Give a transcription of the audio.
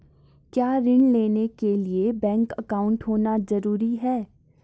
क्या ऋण लेने के लिए बैंक अकाउंट होना ज़रूरी है?